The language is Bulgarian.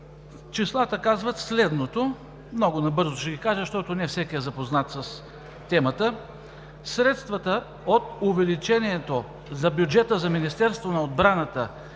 Числата казват следното, много набързо ще ги кажа, защото не всеки е запознат с темата: средствата от увеличението за бюджета за Министерството на отбраната и